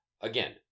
Again